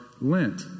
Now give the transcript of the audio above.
Lent